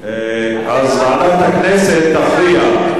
אז ועדת הכנסת תכריע.